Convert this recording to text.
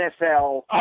NFL